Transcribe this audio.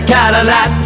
Cadillac